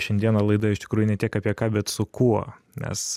šiandieną laida iš tikrųjų ne tiek apie ką bet su kuo nes